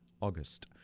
August